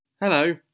Hello